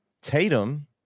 Tatum